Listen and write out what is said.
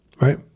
right